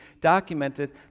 documented